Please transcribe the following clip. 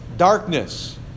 darkness